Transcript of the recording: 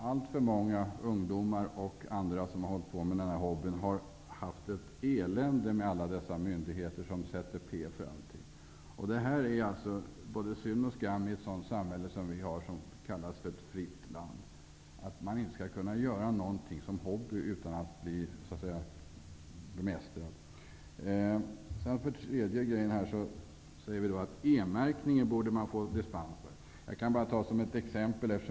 Allt för många ungdomar och andra som har hållit på med den här hobbyn har haft ett elände med alla myndigheter som sätter p för allting. Det är både synd och skam i ett sådant samhälle som vårt, som skall kallas för ett fritt land, att man inte skall kunna göra någonting som hobby utan att bli så att säga bemästrad. Den tredje grejen vi för fram är att E-märkningen borde man få dispens för.